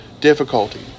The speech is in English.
difficulty